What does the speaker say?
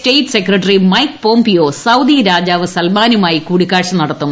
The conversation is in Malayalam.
state secretary Mike Pompeo Saudi രാജാവ് സൽമാനുമായി കൂടിക്കാഴ്ച നടത്തും